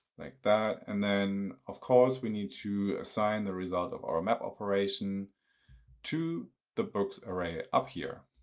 like that. and then, of course, we need to assign the result of our map operation to the books array up here.